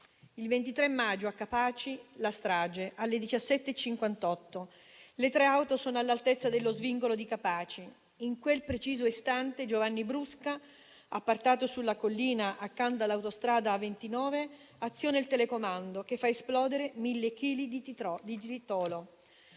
Il 23 maggio a Capaci la strage avviene alle 17,58: le tre auto sono all'altezza dello svincolo di Capaci e in quel preciso istante Giovanni Brusca, appartato sulla collina, accanto all'autostrada A29, aziona il telecomando che fa esplodere 1.000 chili di tritolo.